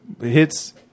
hits